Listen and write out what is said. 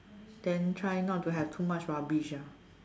then try not to have too much rubbish ah